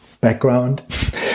background